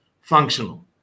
functional